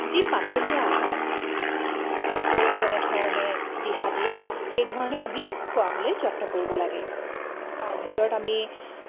যি পাতলীয়া আহাৰ ডাক্তৰে যেনেধৰণে দিহা দিয়ে সেইধৰণে আমি খুৱাবলৈ যত্ন কৰিব লাগে তাৰ ভিতৰত আমি